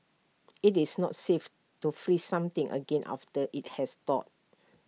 IT is not safe to freeze something again after IT has thawed